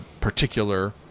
particular